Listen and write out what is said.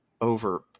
over